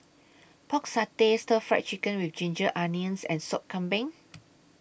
Pork Satay Stir Fry Chicken with Ginger Onions and Sop Kambing